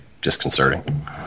disconcerting